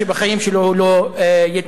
שבחיים שלו הוא לא יתנצל.